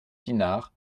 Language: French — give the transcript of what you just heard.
pinard